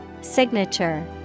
Signature